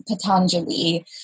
Patanjali